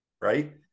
right